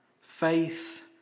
faith